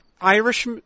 Irish